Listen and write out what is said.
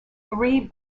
three